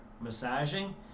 massaging